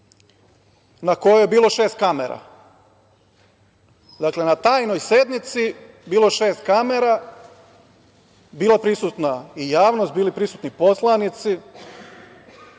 na kojoj je bilo šest kamera. Dakle, na tajnoj sednici bilo je šest kamera, bila je prisutna i javnost, bili prisutni i poslanici.